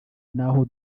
y’aho